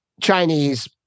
Chinese